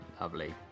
Lovely